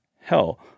hell